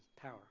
power